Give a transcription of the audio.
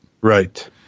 Right